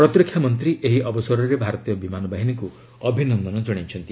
ପ୍ରତିରକ୍ଷା ମନ୍ତ୍ରୀ ଏହି ଅବସରରେ ଭାରତୀୟ ବିମାନ ବାହିନୀକୁ ଅଭିନନ୍ଦନ ଜଣାଇଛନ୍ତି